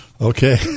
Okay